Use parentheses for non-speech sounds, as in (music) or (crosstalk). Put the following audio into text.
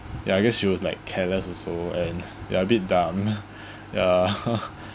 ya I guess she was like careless also and ya a bit dumb (breath) ya (laughs) (breath)